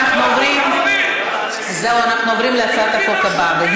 אנחנו עוברים להצעת החוק הבאה,